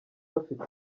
bafite